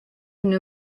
une